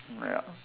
ya